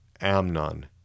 Amnon